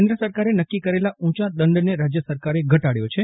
કેન્દ્ર સરકારે નક્કી કરેલા ઊંચા દંડને રાજ્ય સરકારે ઘટાડ્યો છે